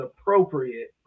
appropriate